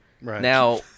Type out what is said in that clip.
Now